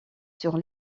sur